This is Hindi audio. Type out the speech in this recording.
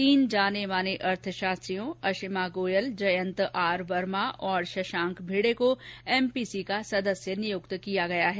तीन जाने माने अर्थशास्त्रियों अशिमा गोयल जयंत आर वर्मा और शशांक भिडे को एमपीसी का सदस्य नियुक्त किया गया है